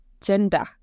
gender